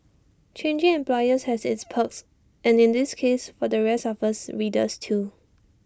changing employers has its perks and in this case for the rest of us readers too